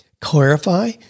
clarify